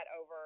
over –